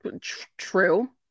True